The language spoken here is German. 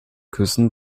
küssen